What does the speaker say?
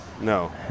No